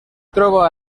troba